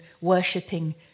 worshipping